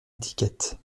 étiquette